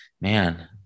Man